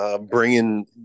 bringing